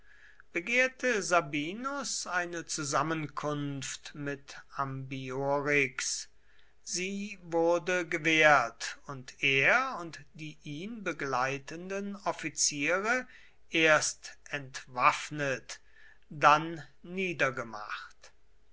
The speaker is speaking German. begehrte sabinus eine zusammenkunft mit ambiorix sie wurde gewährt und er und die ihn begleitenden offiziere erst entwaffnet dann niedergemacht